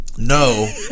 No